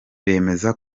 bemeza